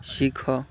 ଶିଖ